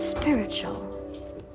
Spiritual